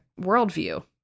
worldview